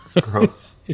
gross